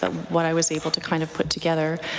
ah what i was able to kind of put together.